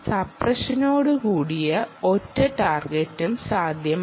സപ്റഷനോടുകൂടിയ ഒറ്റ ടാർഗറ്റും സാധ്യമാണ്